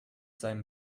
seinem